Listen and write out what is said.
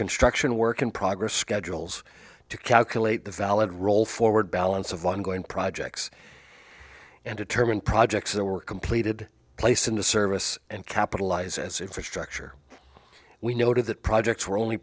construction work in progress schedules to calculate the valid roll forward balance of ongoing projects and determine projects that were completed place in the service and capitalize as infrastructure we noted that projects were only